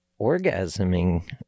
orgasming